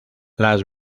las